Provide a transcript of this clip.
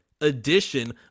edition